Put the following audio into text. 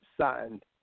signed